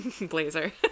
Blazer